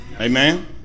Amen